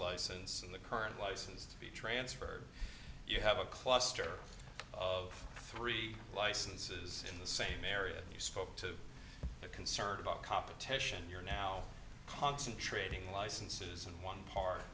license in the current license to be transferred you have a cluster of three licenses in the same area you spoke to the concerned about competition you're now concentrating licenses and one part